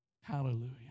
Hallelujah